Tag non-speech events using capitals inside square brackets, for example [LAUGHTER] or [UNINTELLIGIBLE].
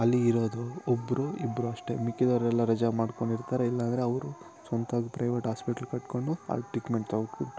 ಅಲ್ಲಿ ಇರೋದು ಒಬ್ಬರು ಇಬ್ಬರು ಅಷ್ಟೇ ಮಿಕ್ಕಿದವರೆಲ್ಲ ರಜೆ ಮಾಡ್ಕೊಂಡು ಇರ್ತಾರೆ ಇಲ್ಲ ಅಂದರೆ ಅವರು ಸ್ವಂತವಾಗಿ ಪ್ರೈವೇಟ್ ಆಸ್ಪೆಟ್ಲ್ ಕಟ್ಕೊಂಡು ಅಲ್ಲಿ ಟ್ರೀಟ್ಮೆಂಟ್ [UNINTELLIGIBLE]